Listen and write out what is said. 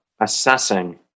assessing